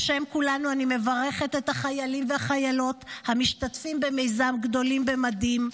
בשם כולנו אני מברכת את החיילים והחיילות המשתתפים במיזם גדולים במדים.